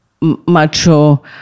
macho